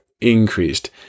increased